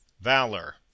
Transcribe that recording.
Valor